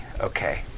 Okay